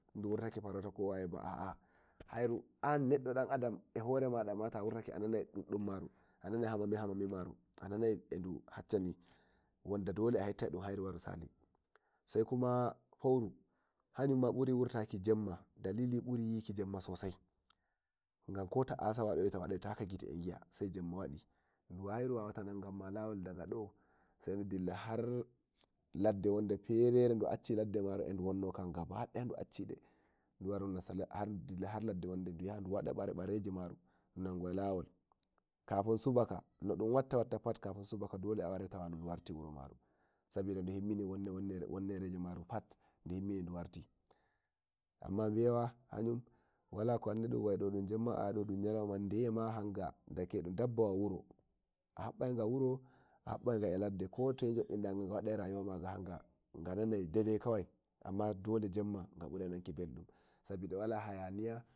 Du wurtake farauta ko waye ba hairu an nedu dan adam ehore mada ma tawurtake a nanai hamami hamami maru edu hacca ni wanda dole a hettai hairu wari sali sai kuma fouru hanyumma buri wurtaki jemma dalili bri yiki jemma sosai gan ko ta asa wadoita sai jemma wadi hairu wawai nangan ma lawo sadu dilla har ladde ferere du dacci dokan gaba daya duyaha duwada bare bare ma jum nangowa lawo kafin subaka nodum watta fat subaka a wartai tawadun eh wuro maru sabida du timmini wonnere ma ru pat timmini du warti amma mbewa hanyun wako wannidun do dun jemma do dum jaloma de yidi ma hanga dayake dun dabba wuro a hebbai ga wuro ko ladde kotoye jo'in ndaga nga wadai rayuwa maga nga nanai daidai amma dole jemma ga burai nanki beldum sabida wala hayaniya.